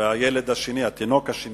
והתינוק השני